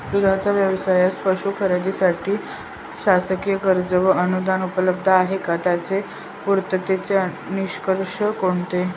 दूधाचा व्यवसायास पशू खरेदीसाठी शासकीय कर्ज व अनुदान उपलब्ध आहे का? त्याचे पूर्ततेचे निकष कोणते?